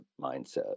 mindset